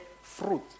fruit